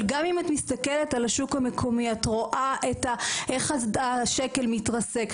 אבל גם אם את מסתכלת על השוק המקומי את רואה את איך השקל מתרסק,